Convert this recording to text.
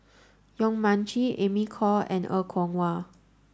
Yong Mun Chee Amy Khor and Er Kwong Wah